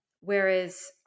whereas